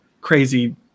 crazy